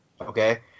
okay